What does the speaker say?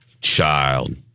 Child